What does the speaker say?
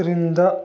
క్రింద